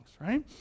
right